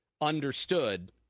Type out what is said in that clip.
understood